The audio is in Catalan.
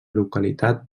localitat